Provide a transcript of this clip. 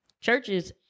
churches